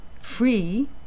Free